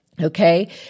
Okay